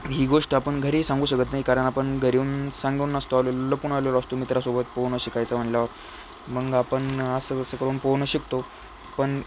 ही गोष्ट आपण घरीही सांगू शकत नाही कारण आपण घरून सांगून नसतो आलेलो लपून आलेलो असतो मित्रासोबत पोहणं शिकायचं म्हणल्यावर मग आपण असं तसं करून पोहणं शिकतो पण